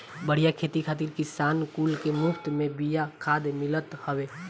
बढ़िया खेती खातिर किसान कुल के मुफत में बिया खाद मिलत हवे